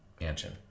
mansion